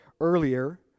earlier